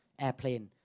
airplane